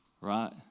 Right